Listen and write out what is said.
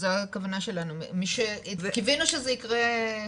זאת הכוונה שלנו, קיווינו שזה יקרה.